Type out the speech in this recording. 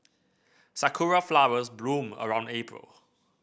sakura flowers bloom around April